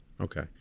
okay